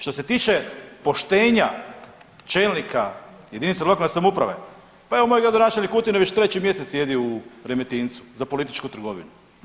Što se tiče poštenja čelnika jedinica lokalne samouprave, pa evo moj gradonačelnik Kutine već 3 mjesec sjedi u Remetincu za političku trgovinu.